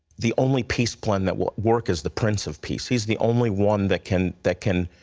the only peace plan that will work is the prince of peace. he is the only one that can that can